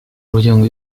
入境